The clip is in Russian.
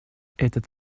этот